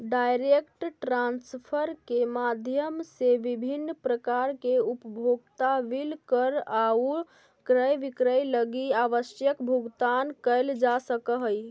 direct transfer के माध्यम से विभिन्न प्रकार के उपभोक्ता बिल कर आउ क्रय विक्रय लगी आवश्यक भुगतान कैल जा सकऽ हइ